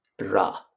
ra